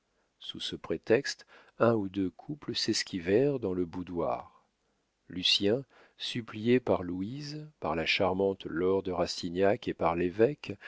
sous ce prétexte un ou deux couples s'esquivèrent dans le boudoir lucien supplié par louise par la charmante laure de rastignac et par l'évêque